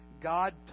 God